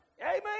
Amen